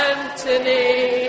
Anthony